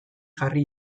jarri